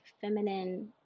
feminine